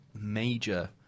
major